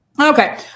Okay